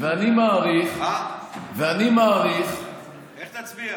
ואני מעריך, ואני מעריך, איך תצביע?